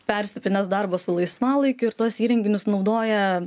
persipinęs darbas su laisvalaikiu ir tuos įrenginius naudoja